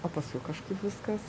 o paskui kažkaip viskas